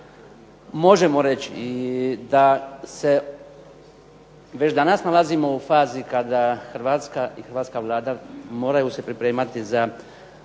možemo reći i da se već danas nalazimo u fazi kada Hrvatska i hrvatska Vlada moraju se pripremati za